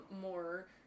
more